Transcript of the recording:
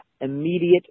immediate